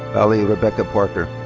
baileigh rebecca parker.